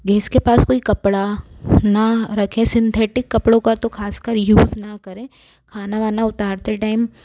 gas के पास कोई कपड़ा ना रखें सिंथेटिक कपड़ों का तो ख़ास कर यूज ना करें खाना वाना उतारते टाइम